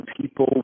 people